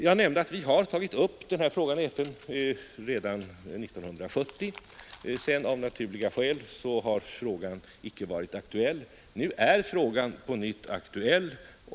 Jag nämnde att vi tog upp denna fråga i FN redan 1970. Av naturliga skäl har frågan sedan inte varit aktuell. Nu är frågan på nytt aktuell.